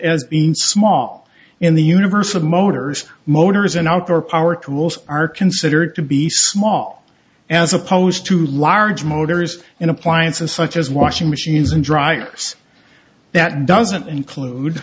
as being small in the universe of motors motors and outdoor power tools are considered to be small as opposed to large motors in appliances such as washing machines and dryers that doesn't include